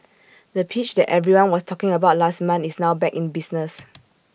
the pitch that everyone was talking about last month is now back in business